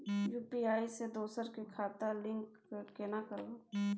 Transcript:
UPI से दोसर के खाता लिंक केना करबे?